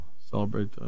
celebrate